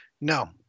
no